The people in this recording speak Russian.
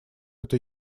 это